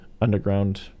underground